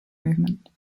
movement